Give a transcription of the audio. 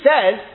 says